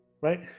right